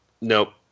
Nope